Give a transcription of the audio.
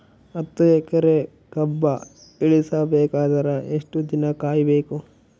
ಹತ್ತು ಎಕರೆ ಕಬ್ಬ ಇಳಿಸ ಬೇಕಾದರ ಎಷ್ಟು ದಿನ ಕಾಯಿ ಬೇಕು?